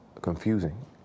confusing